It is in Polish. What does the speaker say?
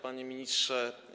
Panie Ministrze!